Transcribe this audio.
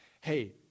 Hey